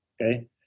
Okay